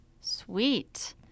Sweet